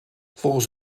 volgens